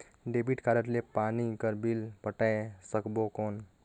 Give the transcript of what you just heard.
Debit card ले पानी कर बिल पटाय सकबो कौन?